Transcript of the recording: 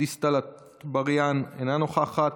דיסטל אטבריאן, אינה נוכחת,